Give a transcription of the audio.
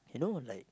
you know like